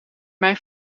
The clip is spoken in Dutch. mij